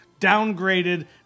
downgraded